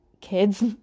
kids